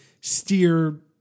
steer